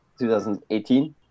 2018